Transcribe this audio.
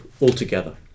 altogether